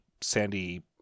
Sandy